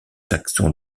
taxon